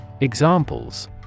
Examples